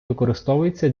використовується